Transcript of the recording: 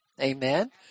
Amen